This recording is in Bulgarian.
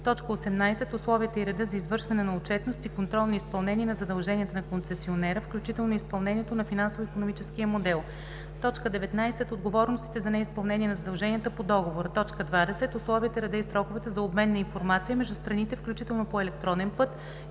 щети; 18. условията и реда за извършване на отчетност и контрол на изпълнение на задълженията на концесионера, включително изпълнението на финансово-икономическия модел; 19. отговорностите за неизпълнение на задълженията по договора; 20. условията, реда и сроковете за обмен на информация между страните, включително по електронен път,